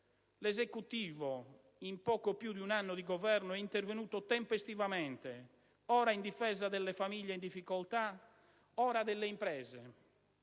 L'Esecutivo, in poco più di un anno di governo, è intervenuto tempestivamente, ora in difesa delle famiglie in difficoltà, ora delle imprese,